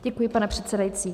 Děkuji, pane předsedající.